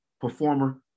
performer